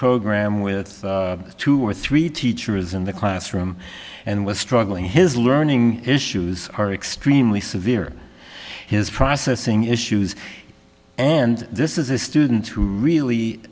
program with two or three teachers in the classroom and was struggling his learning issues are extremely severe his processing issues and this is a student who really